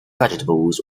vegetables